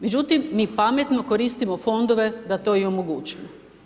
Međutim, mi pametno koristimo fondove da to i omogućimo.